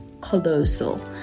colossal